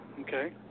Okay